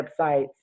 websites